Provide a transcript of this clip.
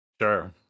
sure